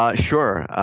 um sure.